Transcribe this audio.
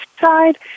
side